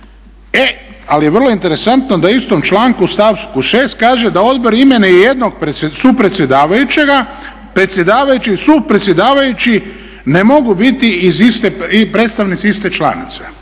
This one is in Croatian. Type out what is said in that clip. E ali je vrlo interesantno da u istom članku stavku 6. kaže da odbor imenuje jednog supredsjedavajućega, predsjedavajući i supredsjedavajući ne mogu biti predstavnici iste članice.